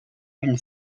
une